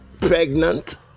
pregnant